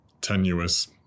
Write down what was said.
tenuous